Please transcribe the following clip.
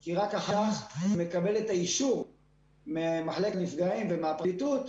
כי רק אז מקבל את האישור ממחלקת הנפגעים ומהפרקליטות